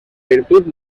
virtut